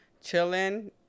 chilling